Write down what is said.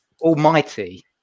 almighty